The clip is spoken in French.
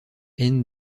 haine